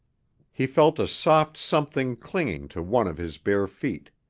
he felt a soft something clinging to one of his bare feet.